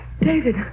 David